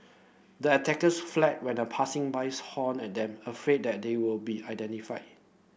the attackers fled when a passing bus honked at them afraid that they would be identified